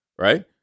right